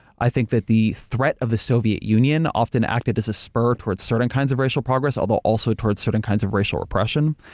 i think that the threat of the soviet union often acted as a spur towards certain kinds of racial progress, although also towards certain kinds of racial repression.